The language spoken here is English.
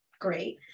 great